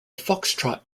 foxtrot